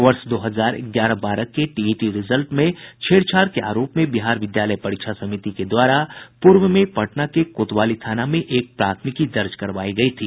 वर्ष दो हजार ग्यारह बारह के टीईटी रिजल्ट से छेड़छाड़ के आरोप में बिहार विद्यालय परीक्षा समिति के द्वारा पूर्व में पटना के कोतवाली थाना में एक प्राथमिकी दर्ज करवाई गयी थी